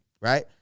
right